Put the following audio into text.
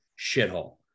Shithole